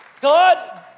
God